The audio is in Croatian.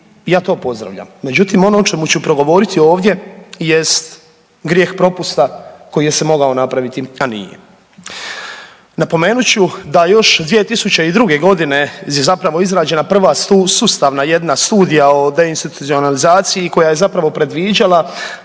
ja to pozdravljam. Međutim, ono o čemu ću progovoriti ovdje jest grijeh propusta koji se mogao napraviti, a nije. Napomenut ću da još 2002. godine je zapravo izrađena prva sustavna jedna studija o deinstitucionalizaciji koja je zapravo predviđala